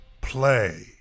play